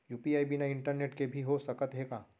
UPI बिना internet के भी हो सकत हे का?